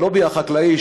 הלובי החקלאי,